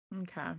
Okay